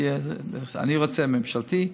אני רוצה ממשלתי,